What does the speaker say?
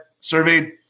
Surveyed